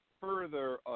further